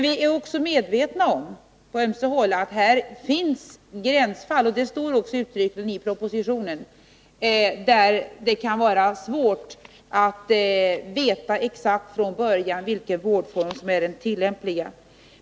Vi är medvetna om på ömse håll att här finns gränsfall — det står också i Nr 52 propositionen — där det kan vara svårt att veta exakt från början vilken Tisdagen den vårdform som är den lämpliga.